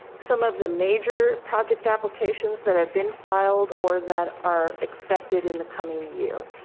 some of the major project applications that have been filed or that are expected in the coming year.